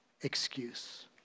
excuse